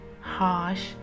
harsh